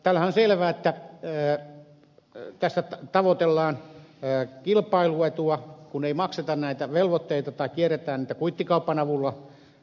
tämähän on selvää että tässä tavoitellaan kilpailuetua ja taloudellista voittoa kun ei makseta näitä velvoitteita tai kierretään niitä kuittikaupan avulla